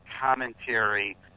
commentary